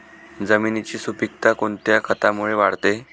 जमिनीची सुपिकता कोणत्या खतामुळे वाढते?